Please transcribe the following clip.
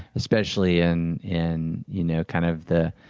especially in in you know kind of the.